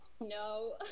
no